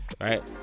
right